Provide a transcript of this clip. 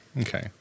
Okay